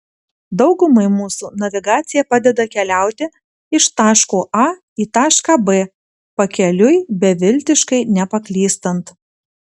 daugumai mūsų navigacija padeda keliauti iš taško a į tašką b pakeliui beviltiškai nepaklystant